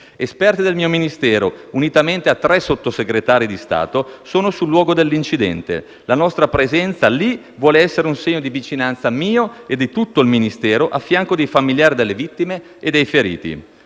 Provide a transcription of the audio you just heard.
Esperti del mio Ministero, unitamente a tre Sottosegretari di Stato, sono sul luogo dell'incidente. La nostra presenza lì vuole essere un segno di vicinanza mio e di tutto il Ministero a fianco dei familiari delle vittime e dei feriti.